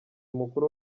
mukuru